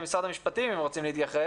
לפנות למשרד המשפטים אם הם רוצים להתייחס.